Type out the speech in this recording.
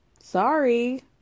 sorry